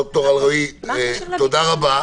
ד"ר אלרעי, תודה רבה.